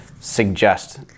suggest